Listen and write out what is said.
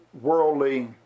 worldly